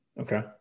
Okay